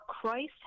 Christ